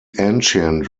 ancient